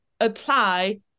apply